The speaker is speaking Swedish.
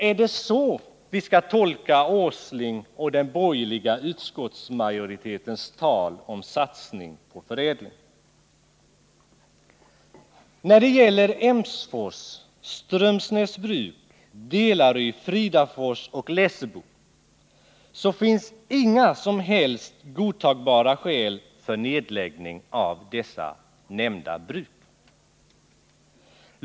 Är det så vi skall tolka Nils Åslings och den borgerliga utskottsmajoritetens tal om satsning på förädling? När det gäller Emsfors, Strömsnäsbruk, Delary, Fridafors och Lessebo så finns inga som helst godtagbara skäl för nedläggning av dessa bruk.